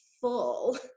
full